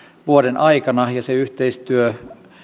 vuoden aikana ja se yhteistyö